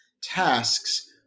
tasks